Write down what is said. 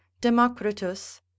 Democritus